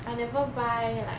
I never buy like